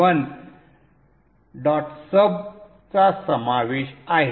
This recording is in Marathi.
sub चा समावेश आहे